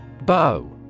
Bow